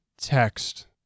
text